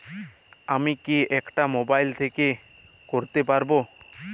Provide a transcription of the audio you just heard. আমি কি এটা মোবাইল থেকে করতে পারবো?